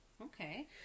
Okay